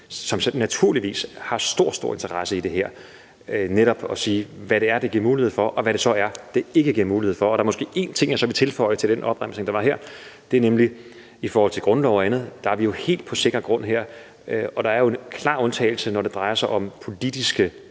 som naturligvis har stor, stor interesse i det her, altså netop at sige, hvad det er, det giver mulighed for, og hvad det er, det ikke giver mulighed for. Der er måske så én ting, jeg vil tilføje til den opremsning, der var her, og det er i forhold til grundloven, hvor vi her er på helt sikker grund. Der er en klar undtagelse, og det er, når det drejer sig om politiske